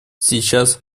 сейчас